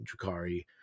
Drakari